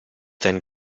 denn